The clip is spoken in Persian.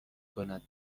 کند